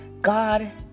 God